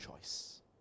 choice